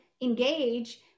engage